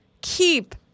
keep